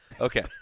okay